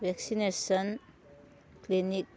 vaccination clinic